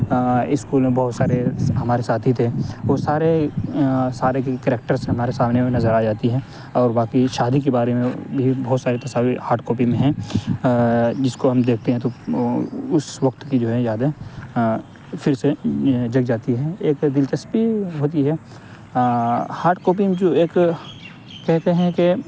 school میں بہت سارے ہمارے ساتھی تھے وہ سارے سارے کیریٹر ہمارے سامنے میں نظر آجاتی ہے اور باقی شادی کے بارے میں بھی بہت ساری تصاویر ہارڈ کاپی میں ہیں جس کو ہم دیکھتے ہیں تو اس وقت کی جو ہے یادیں پھر سے جگ جاتی ہیں ایک دلچسپی ہوتی ہے ہارڈ کاپی میں جو ایک کہتے ہیں کہ